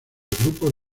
grupos